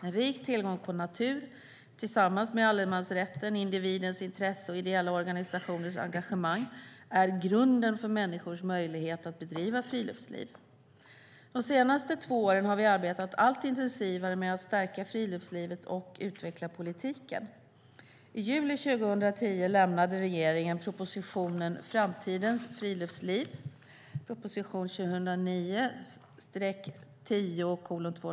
En rik tillgång på natur, tillsammans med allemansrätten, individens intresse och ideella organisationers engagemang, är grunden för människors möjligheter att bedriva friluftsliv. De senaste två åren har vi arbetat allt intensivare med att stärka friluftslivet och utveckla politiken. I juli 2010 lämnade regeringen propositionen Framtidens friluftsliv .